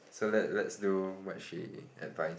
so let let's do what she advice